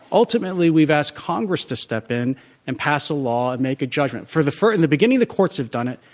ultimately we've asked congress to step in and pass a law and make a judgment. for the in the beginning the courts have done it,